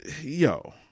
Yo